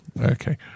Okay